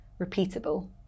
repeatable